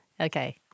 Okay